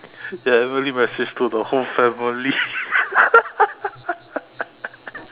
ya everybody messaged to the whole family